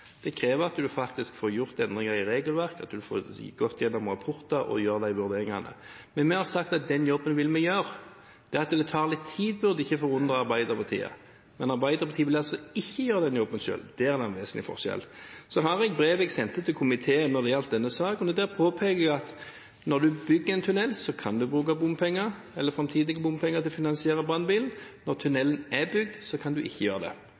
Det krever at du faktisk får gjort endringer i regelverk, og at du får gått igjennom rapporter og gjøre vurderingene. Men vi har sagt at den jobben vil vi gjøre. At det tar litt tid, burde ikke forundre Arbeiderpartiet. Men Arbeiderpartiet ville altså ikke gjøre den jobben selv. Det er en vesentlig forskjell. Så har jeg i brevet jeg sendte til komiteen når det gjaldt denne saken, påpekt at når du bygger en tunnel, kan du bruke framtidige bompenger til å finansiere brannbilen. Når tunnelen er bygd, kan du ikke gjøre det.